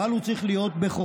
אבל הוא צריך להיות בחוכמה,